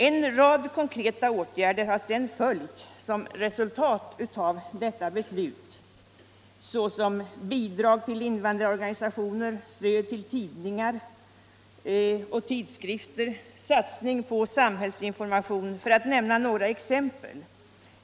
En rad konkreta åtgärder har sedan följt som resultat av detta beslut — bidrag till invandrarorganisationer, stöd till tidningar och tidskrifter, satsning på samhällsinformation, för att nämna några exempel.